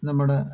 നമ്മുടെ